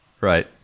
Right